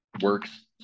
works